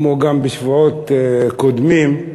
כמו גם בשבועות קודמים,